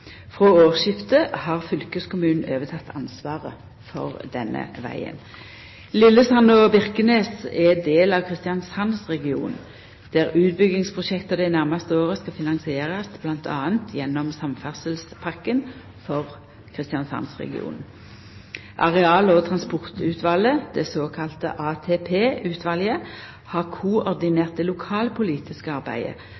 Frå årsskiftet har fylkeskommunen overteke ansvaret for denne vegen. Lillesand og Birkenes er del av Kristiansandsregionen, der utbyggingsprosjekta dei nærmaste åra skal finansierast bl.a. gjennom Samferdselspakken for Kristiansandsregionen. Areal- og transportutvalet, det såkalla ATP-utvalet, har